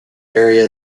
area